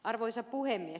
arvoisa puhemies